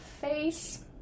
face